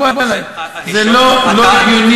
רגע, אבל זה, זה לא הגיוני.